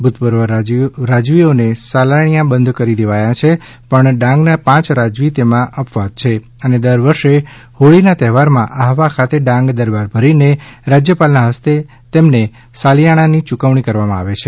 ભુતપૂર્વ રાજવીઓને સાલિયાણા બંધ કરી દેવાયા છે પણ ડાંગના પાંચ રાજવી તેમાં અપવાદ છે અને દર વર્ષે હોળીના તહેવારમાં આહવા ખાતે ડાંગ દરબાર ભરીને રાજયપાલના હસ્તે તેમને સાલિયાણાની યુકવણી કરવામાં આવે છે